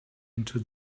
into